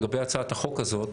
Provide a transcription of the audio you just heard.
לגבי הצעת החוק הזאת,